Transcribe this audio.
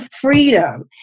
freedom